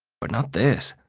but not this.